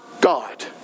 God